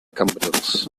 cambrils